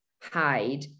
hide